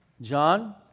John